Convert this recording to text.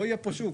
לא יהיה פה שוק.